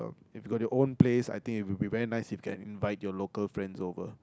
if you got your own place I think it would be very nice if you can invite your local friends over